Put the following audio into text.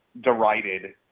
derided